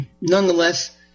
Nonetheless